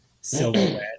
silhouette